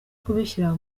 kubishyira